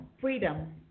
freedom